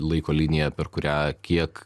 laiko linija per kurią kiek